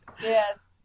Yes